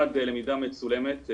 אחד למידה מצולמת,